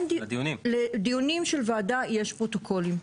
לדיונים של ועדה יש פרוטוקולים.